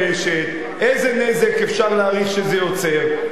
מתגבשת, איזה נזק אפשר להעריך שזה יוצר.